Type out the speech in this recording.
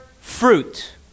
fruit